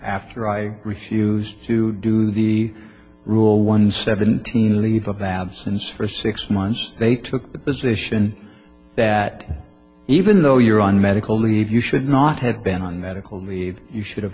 after i refused to do the rule one seventeen leave of absence for six months they took the position that even though you're on medical leave you should not have been on medical leave you should have